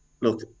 look